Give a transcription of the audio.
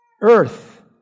Earth